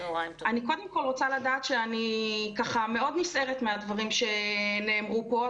אני קודם כל רוצה להגיד שאני מאוד נסערת מהדברים שנאמרו פה,